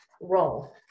role